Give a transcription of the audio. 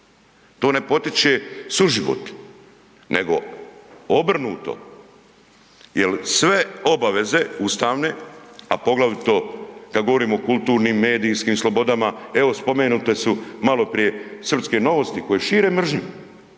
to ne potiče suživot nego obrnuto jer sve obaveze ustavne a poglavito kad govorimo o kulturnim, medijskim slobodama, evo spomenute su maloprije srpske „Novosti“ koje šire mržnju.